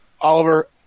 Oliver